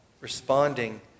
Responding